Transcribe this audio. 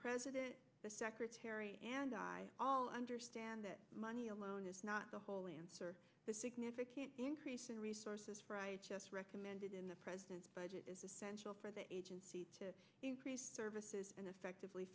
president the secretary and i all understand that money alone is not the whole answer but significant increase in resources for recommended in the president's budget is essential for the agency to increase services and effectively